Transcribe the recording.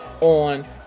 on